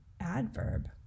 adverb